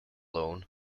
loan